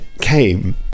came